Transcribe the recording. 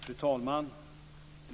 Fru talman!